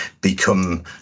become